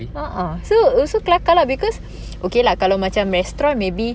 ah ah so also kelakar lah because okay lah kalau macam restaurant maybe